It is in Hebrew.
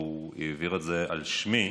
והוא העביר את זה על שמי,